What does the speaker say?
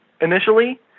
initially